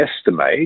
estimate